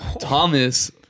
Thomas